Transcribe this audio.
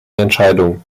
entscheidung